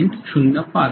05